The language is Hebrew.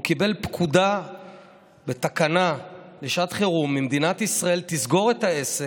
הוא קיבל פקודה בתקנה לשעת חירום ממדינת ישראל: תסגור את העסק.